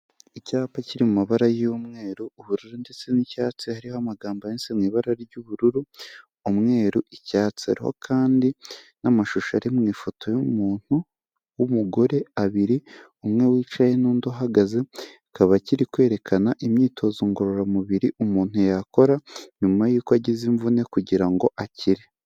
Icyapa kiri mu mabara y'umweru, ubururu ndetse n'icyatsi, hariho amagambo yanditse mu ibara ry'ubururu, umweru, icyatsi. Hariho kandi n'amashusho ari mu ifoto y'umuntu w'umugore abiri, umwe wicaye n'undi uhagaze, akaba akiri kwerekana imyitozo ngororamubiri umuntu yakora, nyuma y'uko agize imvune kugira ngo akire.